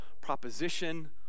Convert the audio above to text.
proposition